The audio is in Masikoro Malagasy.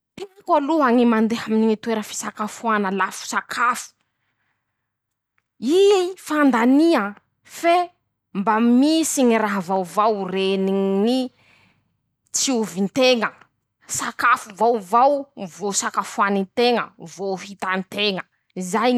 Teako aloha ñy mandeha aminy ñy toera fisakafoana lafo sakafo ;i fandania fe mba misy ñy raha vaovao reny ñy tsihovin-teña. sakafo vaovao. vô sakafoanin-teña. vô hitan-teña. zay ñy.